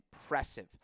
impressive